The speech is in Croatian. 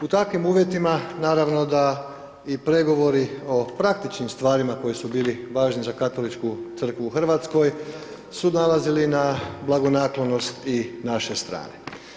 U takvim uvjetima, naravno da i pregovori o praktičnim stvarima koji su bili važni za Katoličku crkvu u Hrvatskoj su nalazili na blagonaklonost i naše strane.